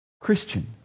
Christian